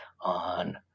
on